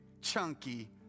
chunky